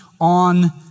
on